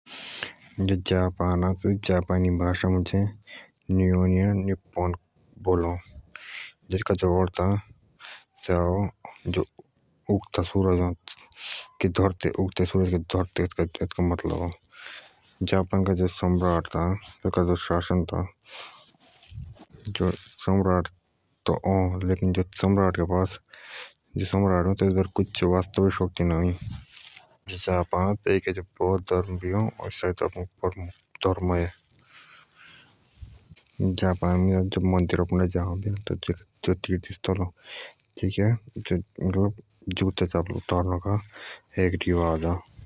जो जापान अ सेओ जापानी भाषा मुझ निवोनिया नीफोन बोलअ एतुका अर्थ अ उगते सूरज के धरते एतुका अर्थ जापान का जो सम्राट ता तेसका जो शासन ता सेया त अः पर तेस बैर कोई वास्तविक शक्ते से ना अः जापान मुझ बोद्ध घर्म या ओका घर्म अ मन्दिर या तीर्थ स्थल अ तेईके जुते चापल उतारन का रिवाज अ।